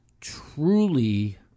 truly